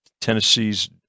Tennessee's